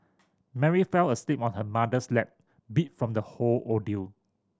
Mary fell asleep on her mother's lap beat from the whole ordeal